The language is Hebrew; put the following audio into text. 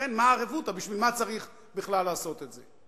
לכן מה הרבותא, בשביל מה צריך בכלל לעשות את זה?